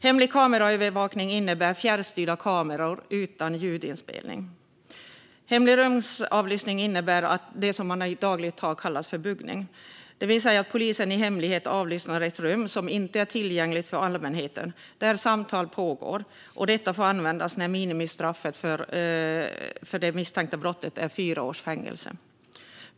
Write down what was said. Hemlig kameraövervakning innebär fjärrstyrda kameror utan ljudinspelning. Hemlig rumsavlyssning innebär det som man i dagligt tal kallar för buggning, det vill säga att polisen i hemlighet avlyssnar ett rum som inte är tillgängligt för allmänheten och där samtal pågår. Detta får användas när minimistraffet för det misstänkta brottet är fyra års fängelse.